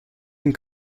den